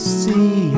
see